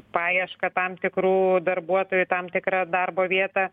paiešką tam tikrų darbuotojų į tam tikrą darbo vietą